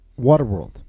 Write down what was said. Waterworld